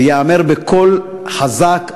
וייאמר בקול חזק,